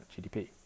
GDP